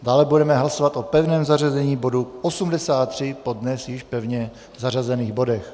Dále budeme hlasovat o pevném zařazení bodu 83 po dnes již pevně zařazených bodech.